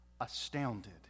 astounded